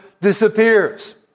disappears